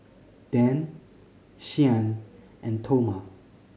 Dan Shyann and Toma